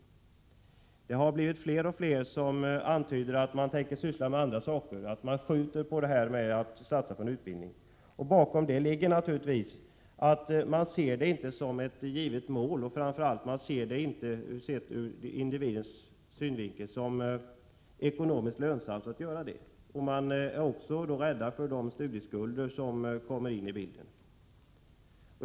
Fler och fler antyder att de tänker syssla med andra saker och skjuter upp utbildningen. Bakom detta ligger naturligtvis att man inte ser det som ett givet mål, och framför allt inte som ur individens synvinkel ekonomiskt lönsamt, att satsa på en längre utbildning. Man är också rädd för de studieskulder som kommer in i bilden.